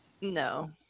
No